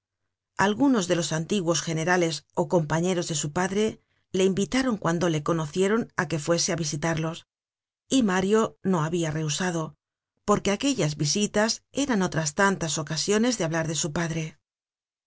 algunos de los antiguos generales ó compañeros de su padre le invitaron cuando le conocieron á que fuese á visitarlos y mario no habia rehusado porque aquellas visitas eran otras tantas ocasiones de hablar de su padre